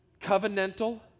covenantal